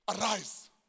Arise